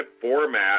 format